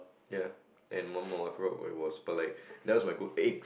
ya and one more I forgot what it was but like that was my good egg